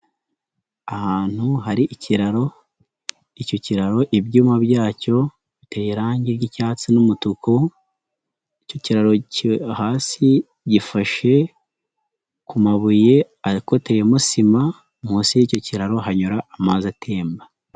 Ahantu hari ikiraro icyo kiraro ibyuma byacyo biteye irangi ry'icyatsi n'umutuku, icyo kiraro ki hasi gifashe ku mabuye akoteyeyemo sima, munsi y'icyo kiraro hanyura amazi atemba.